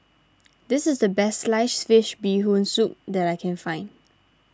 this is the best Sliced Fish Bee Hoon Soup that I can find